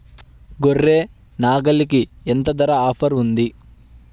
గొర్రె, నాగలికి ఎంత ధర ఆఫర్ ఉంది?